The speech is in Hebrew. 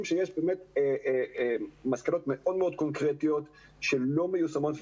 שיש מסקנות מאוד מאוד קונקרטיות שלא מיושמות.